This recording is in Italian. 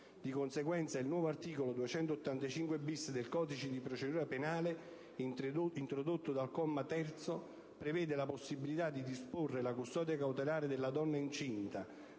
Di conseguenza, il nuovo articolo 285-*bis* del codice di procedura penale, introdotto dal comma 3, prevede la possibilità di disporre la custodia cautelare della donna incinta,